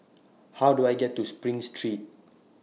How Do I get to SPRING Street